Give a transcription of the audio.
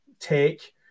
take